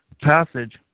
passage